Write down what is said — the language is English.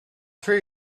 three